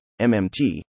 MMT